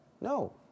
No